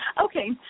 Okay